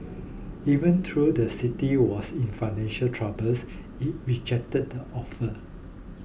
even though the city was in financial troubles it rejected the offer